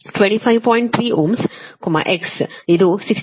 3 Ω X ಇದು 66